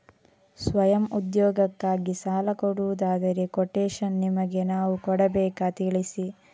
ಸ್ವಯಂ ಉದ್ಯೋಗಕ್ಕಾಗಿ ಸಾಲ ಕೊಡುವುದಾದರೆ ಕೊಟೇಶನ್ ನಿಮಗೆ ನಾವು ಕೊಡಬೇಕಾ ತಿಳಿಸಿ?